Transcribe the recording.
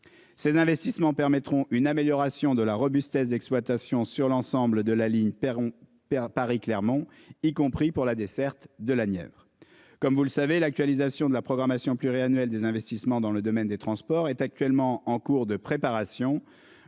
Ces investissements permettront une amélioration de la robustesse d'exploitation sur l'ensemble de la ligne perd on perd Paris Clermont, y compris pour la desserte de la Nièvre. Comme vous le savez l'actualisation de la programmation pluriannuelle des investissements dans le domaine des transports est actuellement en cours de préparation.